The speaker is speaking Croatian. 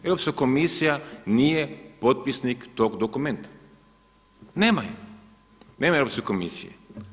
Europska komisija nije potpisnik tog dokumenta, nema je, nema Europske komisije.